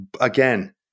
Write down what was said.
Again